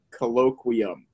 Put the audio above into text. colloquium